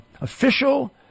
official